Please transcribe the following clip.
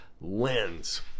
lens